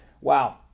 Wow